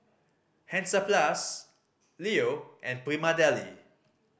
Hansaplast Leo and Prima Deli